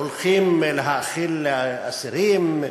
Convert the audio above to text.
הולכים להאכיל אסירים?